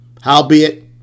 Howbeit